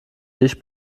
dich